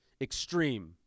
extreme